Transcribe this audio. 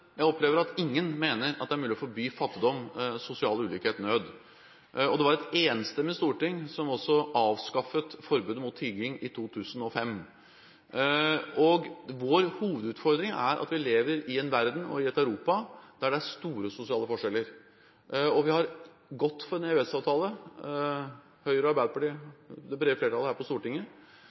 er mulig å forby fattigdom, sosial ulikhet og nød. Det var et enstemmig storting som også avskaffet forbudet mot tigging i 2005. Vår hovedutfordring er at vi lever i en verden og i et Europa der det er store sosiale forskjeller. Vi har gått for en EØS-avtale – Høyre, Arbeiderpartiet, det brede flertallet her på Stortinget